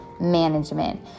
management